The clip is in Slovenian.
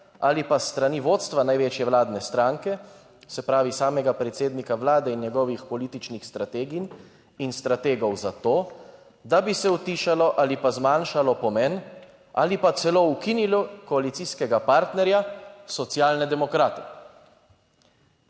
ali pa s strani vodstva največje vladne stranke, se pravi samega predsednika Vlade in njegovih političnih strateginj in strategov, za to, da bi se utišalo ali pa zmanjšalo pomen ali pa celo ukinilo koalicijskega partnerja, Socialne demokrate.